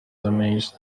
damaged